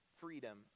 freedom